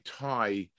tie